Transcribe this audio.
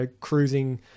cruising